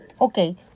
Okay